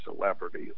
celebrity